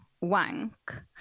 wank